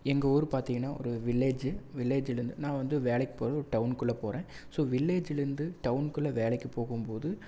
எங்கள் ஊர் பார்த்திங்கன்னா ஒரு வில்லேஜு வில்லேஜ்லருந்து நான் வந்து வேலைக்கு போகிறது டவுனுக்குள்ள போகிறேன் ஸோ வில்லேஜ்லருந்து டவுனுக்குள்ள வேலைக்கு போகும்போது